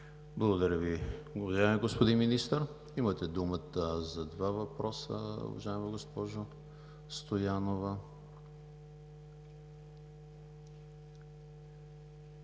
Благодаря Ви, уважаеми господин Министър. Имате думата за два въпроса, уважаема госпожо Стоянова.